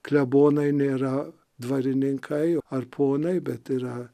klebonai nėra dvarininkai ar ponai bet yra